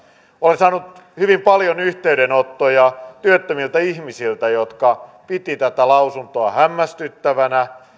olen saanut hyvin paljon yhteydenottoja työttömiltä ihmisiltä jotka pitivät tätä lausuntoa hämmästyttävänä